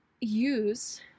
use